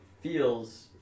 feels